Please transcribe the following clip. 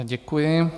Děkuji.